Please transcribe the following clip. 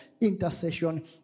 Intercession